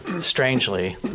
strangely